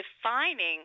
defining